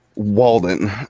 walden